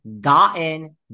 gotten